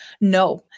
No